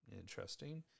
interesting